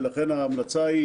ולכן ההמלצה היא